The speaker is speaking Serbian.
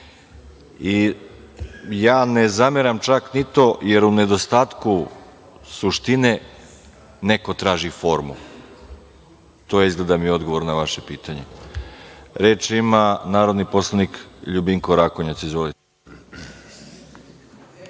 Ja ne zameram čak ni to, jer u nedostatku suštine neko traži formu. To je izgleda odgovor na vaše pitanje. Reč ima narodni poslanik Ljubinko Rakonjac.